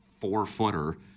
four-footer